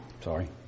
Sorry